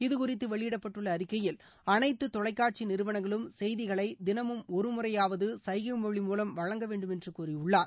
இது குறித்து வெளியிடப்பட்டுள்ள அறிக்கையில் அனைத்து தொலைகாட்சி நிறுவனங்களும் செய்திகளை தினமும் ஒருமுறையாவது சைகை மொழி மூலம் வழங்க வேண்டுமென்று கூறியுள்ளார்